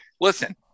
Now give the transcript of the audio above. Listen